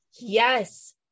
Yes